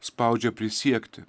spaudžia prisiekti